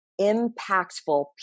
impactful